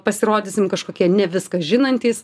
pasirodysim kažkokie ne viską žinantys